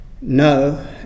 no